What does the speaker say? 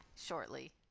shortly